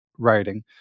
writing